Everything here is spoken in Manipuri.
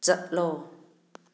ꯆꯠꯂꯣ